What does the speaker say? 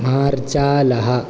मार्जालः